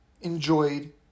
enjoyed